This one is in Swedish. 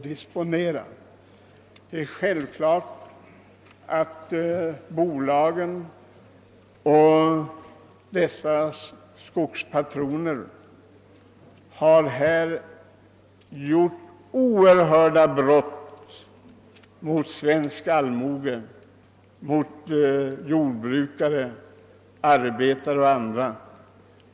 Det är självklart att bolagen och dessas skogspatroner gjort sig skyldiga till oerhörda brott mot svensk allmoge, arbetare och andra.